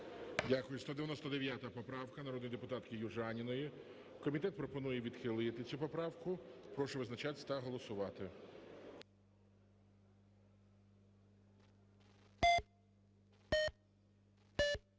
Дякую. 199 поправка народної депутатки Южаніної, комітет пропонує відхилити цю поправку. Прошу визначатись та голосувати.